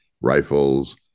rifles